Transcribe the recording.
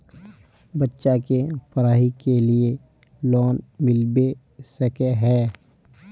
बच्चा के पढाई के लिए लोन मिलबे सके है?